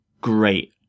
great